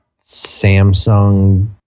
Samsung